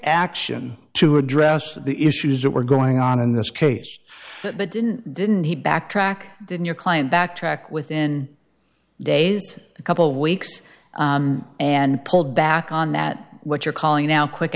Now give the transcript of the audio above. action to address the issues that were going on in this case but didn't didn't he backtrack didn't your client backtrack within days a couple of weeks and pulled back on that what you're calling now quick